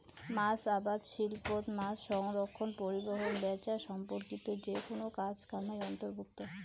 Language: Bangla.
মাছ আবাদ শিল্পত মাছসংরক্ষণ, পরিবহন, ব্যাচা সম্পর্কিত যেকুনো কাজ কামাই অন্তর্ভুক্ত